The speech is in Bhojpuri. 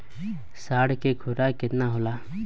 साढ़ के खुराक केतना होला?